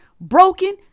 broken